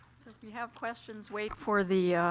you have questions, wait for the